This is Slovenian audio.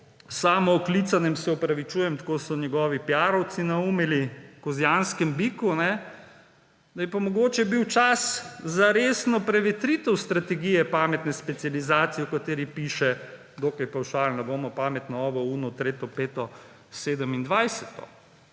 samooklicanemu, se opravičujem, tako so njegovi piarovci naumili, kozjanskemu biku, da je pa mogoče bil čas za resno prevetritev strategije pametne specializacije, o kateri piše dokaj pavšalno, bomo pametno ovo, uno,